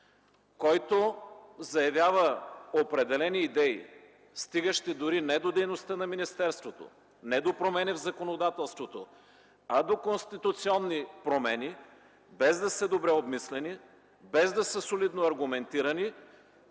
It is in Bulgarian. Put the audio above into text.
който заявява определени идеи, стигащи дори не до дейността на министерството, не до промени в законодателството, а до конституционни промени, без да са добре обмислени, без да са солидно аргументирани